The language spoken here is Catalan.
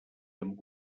amb